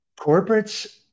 Corporates